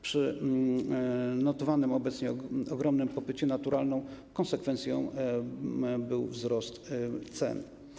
Przy notowanym obecnie ogromnym popycie naturalną konsekwencją był wzrost cen.